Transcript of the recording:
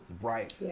Right